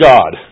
God